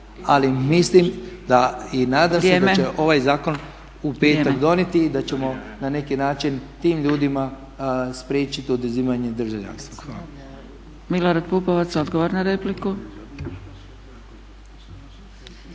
ali mislim da i nadam se da će ovaj zakon u petak donijeti i da ćemo na neki način tim ljudima spriječiti oduzimanje državljanstva.